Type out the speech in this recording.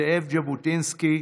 זאב ז'בוטינסקי,